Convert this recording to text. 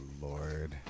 Lord